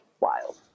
wild